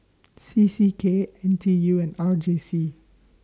C C K N T U and R J C